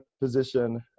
position